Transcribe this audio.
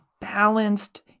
balanced